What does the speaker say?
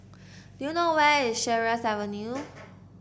do you know where is Sheares Avenue